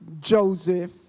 Joseph